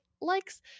likes